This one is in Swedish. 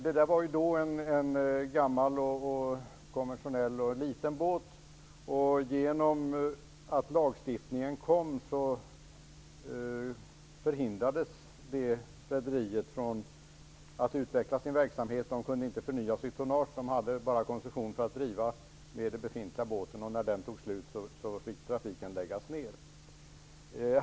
Det var en gammal, konventionell och liten båt, och genom att lagstiftningen kom hindrades rederiet att utveckla sin verksamhet. Man kunde inte förnya sitt tonnage; man hade bara koncession för att driva verksamheten med den befintliga båten, och när den tog slut fick trafiken läggas ned.